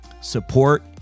support